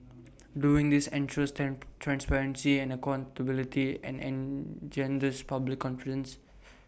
doing this ensures transparency and accountability and engenders public confidence